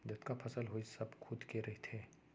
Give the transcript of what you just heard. जतका फसल होइस सब खुद के रहिथे